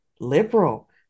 liberal